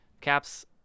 caps